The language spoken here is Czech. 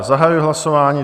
Zahajuji hlasování.